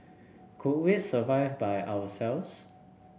could we survive by ourselves